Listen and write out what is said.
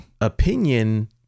opinion